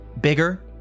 bigger